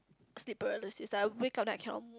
sleep paralysis I wake up then I cannot